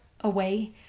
away